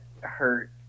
hurt